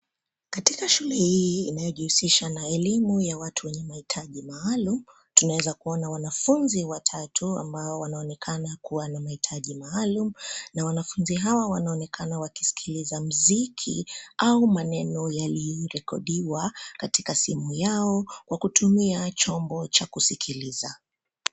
Katika shule hii inayojihusisha na elimu ya watu wenye mahitaji maaulum. Tunaweza kuona wanafunzi watatu ambao wanaonekana kuwa na mahitaji maalum na wanafunzi hawa wanaonekana wakisikiliza muziki au maneno yaliyo rekodiwa katika simu yao kwa kutumia chombo cha kusikiliza.